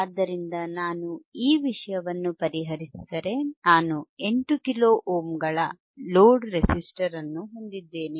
ಆದ್ದರಿಂದ ನಾನು ಈ ವಿಷಯವನ್ನು ಪರಿಹರಿಸಿದರೆ ನಾನು 8 ಕಿಲೋ ಓಮ್ಗಳ ಲೋಡ್ ರೆಸಿಸ್ಟರ್ ಅನ್ನು ಹೊಂದಿದ್ದೇನೆ